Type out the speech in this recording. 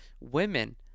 Women